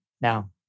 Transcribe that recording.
now